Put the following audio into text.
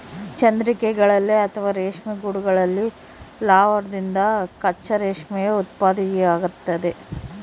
ಚಂದ್ರಿಕೆಗಳಲ್ಲಿ ಅಥವಾ ರೇಷ್ಮೆ ಗೂಡುಗಳಲ್ಲಿ ಲಾರ್ವಾದಿಂದ ಕಚ್ಚಾ ರೇಷ್ಮೆಯ ಉತ್ಪತ್ತಿಯಾಗ್ತತೆ